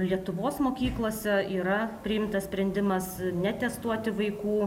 lietuvos mokyklose yra priimtas sprendimas netestuoti vaikų